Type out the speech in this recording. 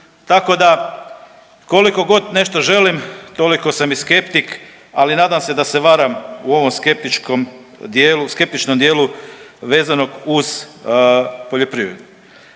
Tako da koliko god nešto želim toliko sam i skeptik ali nadam se da se varam u ovom skeptičkom dijelu, skeptičnom dijelu vezanog uz poljoprivrednu.